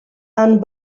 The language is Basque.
han